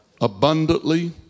abundantly